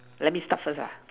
let me start first ah